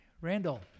Randall